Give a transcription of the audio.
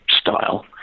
style